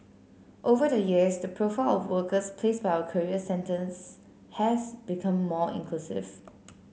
over the years the profile of workers placed by our career centres has become more inclusive